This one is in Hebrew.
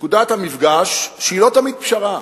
נקודת המפגש, שהיא לא תמיד פשרה,